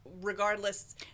regardless